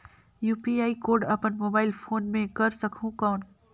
UPI code अपन mobile phone मे कर सकहुं कौन?